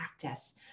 practice